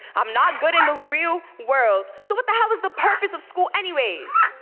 i'm not good in the real world so what the hell is the purpose of school anyways?